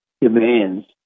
demands